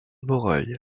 moreuil